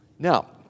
Now